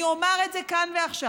אני אומר את זה כאן ועכשיו: